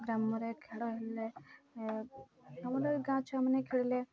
ଗ୍ରାମରେ ଖେଳ ହେଲେ ଆମର ଗାଁ ଛୁଆମାନେ ଖେଳିଲେ